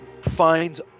finds